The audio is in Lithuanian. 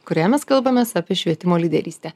kurioje mes kalbamės apie švietimo lyderystė